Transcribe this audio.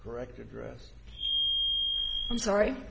correct address i'm sorry